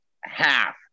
half